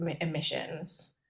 emissions